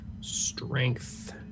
Strength